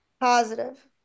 Positive